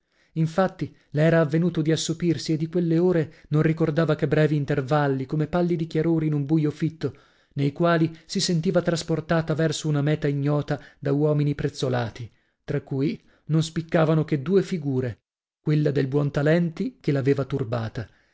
infatti le era avvenuto di assopirsi e di quelle ore non ricordava che brevi intervalli come pallidi chiarori in un buio fitto nei quali si sentiva trasportata verso una meta ignota da uomini prezzolati tra cui non spiccavano che due figure quella del buontalenti che l'aveva turbata